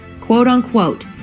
quote-unquote